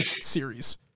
series